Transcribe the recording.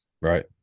right